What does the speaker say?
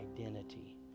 identity